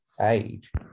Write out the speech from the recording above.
age